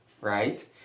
right